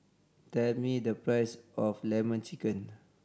tell me the price of Lemon Chicken